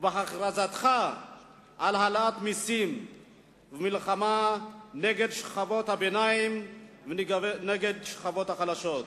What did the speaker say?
ובהכרזתך על העלאת מסים ומלחמה נגד שכבות הביניים ונגד השכבות החלשות.